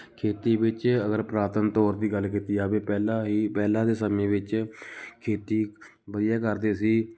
ਖੇਤੀ ਵਿੱਚ ਅਗਰ ਪੁਰਾਤਨ ਤੌਰ ਦੀ ਗੱਲ ਕੀਤੀ ਜਾਵੇ ਪਹਿਲਾਂ ਹੀ ਪਹਿਲਾਂ ਦੇ ਸਮੇਂ ਵਿੱਚ ਖੇਤੀ ਵਧੀਆ ਕਰਦੇ ਸੀ